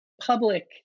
public